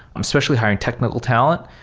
especially hiring technical talent,